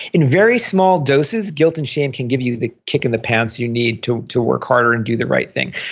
in very small doses, guilt and shame can give you the kick in the pants you need to to work harder and do the right thing,